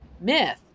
myth